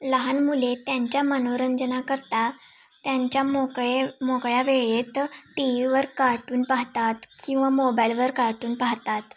लहान मुले त्यांच्या मनोरंजनाकरिता त्यांच्या मोकळे मोकळ्या वेळेत टी व्हीवर कार्टून पाहतात किंवा मोबाईलवर कार्टून पाहतात